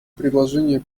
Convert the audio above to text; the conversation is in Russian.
предложение